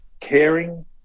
caring